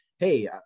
Hey